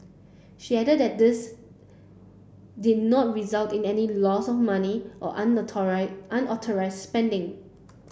she added that this did not result in any loss of money or unauthorised spending